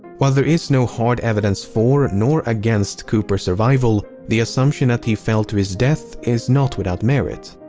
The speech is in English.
while there is no hard evidence for nor against cooper's survival, the assumption that he fell to his death is not without merit.